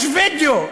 יש וידיאו.